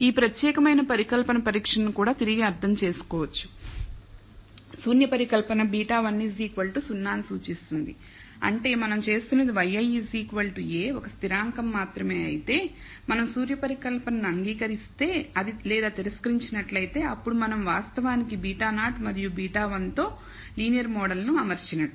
ఈ ప్రత్యేకమైన పరికల్పన పరీక్షను కూడా తిరిగి అర్థం చేసుకోవచ్చు శూన్య పరికల్పన β1 0 ను సూచిస్తుంది అంటే మనం చేస్తున్నది yi a ఒక స్థిరాంకం మాత్రమే అయితే మనం శూన్య పరికల్పన ను అంగీకరిస్తే లేదా తిరస్కరించినట్లయితే అప్పుడు మనం వాస్తవానికి β0 మరియు β1 తో లీనియర్ మోడల్ ను అమర్చినట్లు